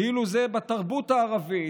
כאילו זה בתרבות הערבית.